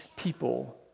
people